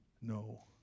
no